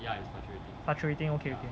fluctuating okay okay